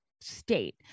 State